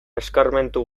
eskarmentu